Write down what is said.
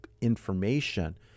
information